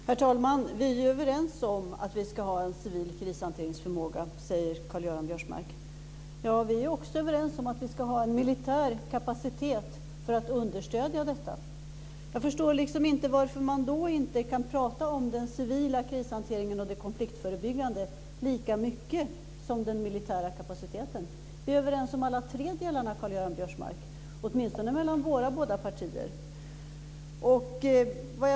Herr talman! Vi är överens om att vi ska ha en civil krishanteringsförmåga, säger Karl-Göran Biörsmark. Ja, men vi är också överens om att vi ska ha en militär kapacitet för att understödja detta. Jag förstår inte varför man då inte kan prata lika mycket om den civila krishanteringen och det konfliktförebyggande som om den militära kapaciteten. Vi är överens om alla de tre delarna, åtminstone mellan våra båda partier.